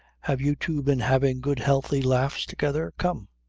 have you two been having good healthy laughs together? come!